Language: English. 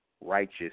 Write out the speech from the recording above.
righteous